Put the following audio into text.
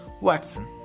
Watson